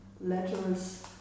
letters